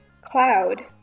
cloud